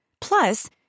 Plus